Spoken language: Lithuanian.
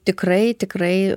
tikrai tikrai